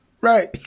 right